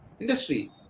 Industry